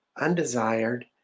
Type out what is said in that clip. undesired